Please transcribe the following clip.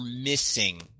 missing